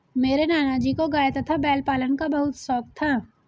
मेरे नाना जी को गाय तथा बैल पालन का बहुत शौक था